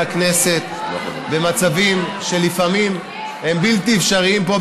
הכנסת במצבים שלפעמים הם בלתי אפשריים פה,